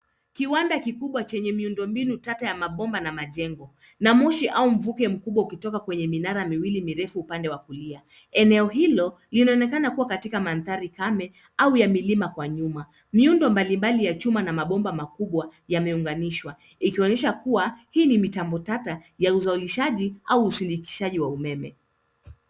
Kiwanda kikubwa chenye miundo mbinu tata ya mabomba na majengo, na moshi au mvuke mkubwa ukitoka kwenye minara miwili mirefu upande wa kulia. Eneo hilo linaonekana kuwa katika mandhari pande au ya milima kwa nyuma. Miundo mbalimbali ya chuma na mabomba makubwa yameunganishwa ikionyesha kuwa hii ni mitambo tata ya uzolishaji au usindikishaji wa umeme.